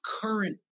current